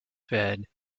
fed